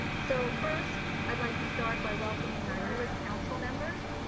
so, first, i'd like to start by welcoming our newest council members,